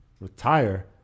retire